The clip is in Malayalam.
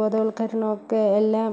ബോധവൽക്കരണമൊക്കെ എല്ലാം